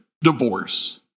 Divorce